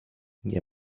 nie